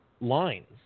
lines